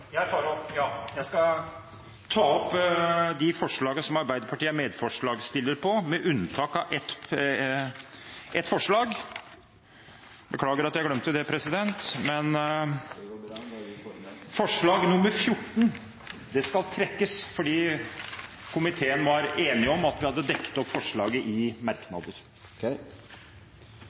Jeg tar til slutt opp de forslagene som Arbeiderpartiet er medforslagsstiller på, med unntak av ett forslag. Forslag nr. 14 skal trekkes fordi komiteen var enig om at vi hadde dekket opp forslaget i